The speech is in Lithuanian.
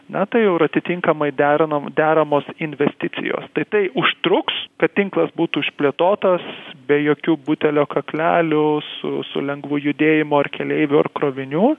na tai jau ir atitinkamai derinom deramos investicijos tai tai užtruks kad tinklas būtų išplėtotas be jokių butelio kaklelių su su lengvu judėjimu ar keleivių ar krovinių